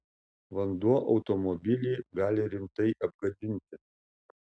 vanduo automobilį gali rimtai apgadinti